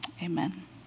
Amen